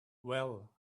well